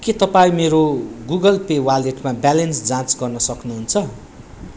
के तपाईँ मेरो गुगल पे वालेटमा ब्यालेन्स जाँच गर्न सक्नुहुन्छ